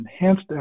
enhanced